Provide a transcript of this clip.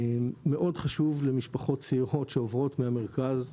מאוד חשוב למשפחות צעירות שעוברות מהמרכז,